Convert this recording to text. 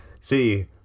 See